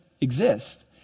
exist